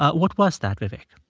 ah what was that, vivek?